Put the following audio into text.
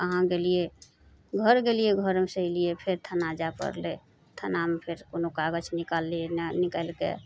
कहाँ गेलिए घर गेलिए घरसे अएलिए फेर थाना जाए पड़लै थानामे फेर कोनो कागज निकालिए ने निकालिके